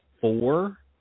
four